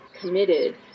committed